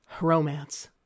Romance